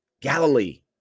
Galilee